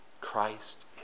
Christ